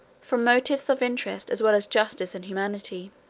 from motives of interest as well as justice and humanity.